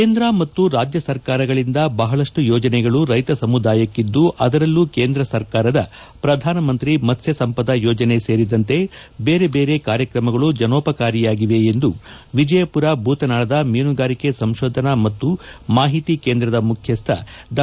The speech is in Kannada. ಕೇಂದ್ರ ಮತ್ತು ರಾಜ್ಯ ಸರ್ಕಾರಗಳಿಂದ ಬಹಳಷ್ಟು ಯೋಜನೆಗಳು ರೈತ ಸಮುದಾಯಕ್ಕಿದ್ದು ಅದರಲ್ಲೂ ಕೇಂದ್ರ ಸರ್ಕಾರದ ಪ್ರಧಾನಮಂತ್ರಿ ಮತ್ತ್ವಸಂಪದ ಯೋಜನೆ ಸೇರಿದಂತೆ ಬೇರೆ ಕಾರ್ಯಕ್ರಮಗಳು ಜನೋಪಕಾರಿಯಾಗಿವೆ ಎಂದು ವಿಜಯಪುರ ಬೂಶನಾಳದ ಮೀನುಗಾರಿಕೆ ಸಂಶೋಧನಾ ಮತ್ತು ಮಾಹಿತಿ ಕೇಂದ್ರದ ಮುಖ್ಯಸ್ಥ ಡಾ